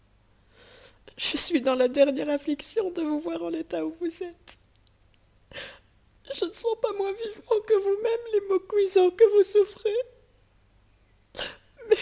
je suis dans la dernière affliction de vous voir en l'état où vous êtes je ne sens pas moins vivement que vous-même les maux cuisants que vous souffrez